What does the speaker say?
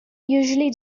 usually